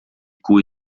cui